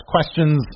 questions